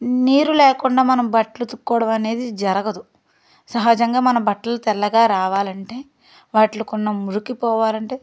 నీరు లేకుండా మనం బట్టలు ఉతుకడం అనేది జరగదు సహజంగా మన బట్టలు తెల్లగా రావాలంటే వాటికి ఉన్న మురికి పోవాలంటే